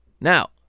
Now